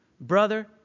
Brother